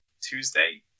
Tuesday